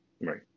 Right